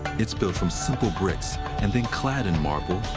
it's built from simple bricks and then clad in marble,